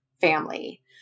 family